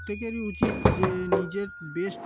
প্রত্যেকেরই উচিত যে নিজের বেস্ট